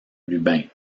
lubin